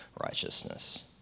righteousness